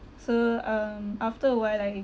so um after a while I